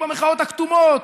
ובמחאות הכתומות,